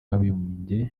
w’abibumbye